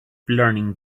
learning